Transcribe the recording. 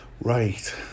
Right